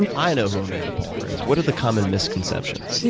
and i know who amanda palmer is, what are the common misconceptions?